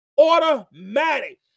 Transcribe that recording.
automatic